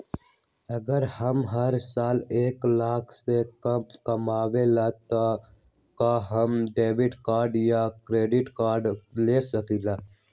अगर हम हर साल एक लाख से कम कमावईले त का हम डेबिट कार्ड या क्रेडिट कार्ड ले सकीला?